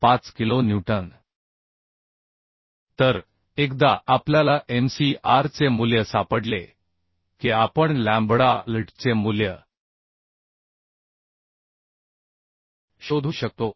45 kilo newton तर एकदा आपल्याला mcr चे मूल्य सापडले की आपण लॅम्बडा lt चे मूल्य शोधू शकतो